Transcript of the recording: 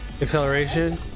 Acceleration